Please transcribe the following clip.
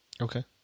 Okay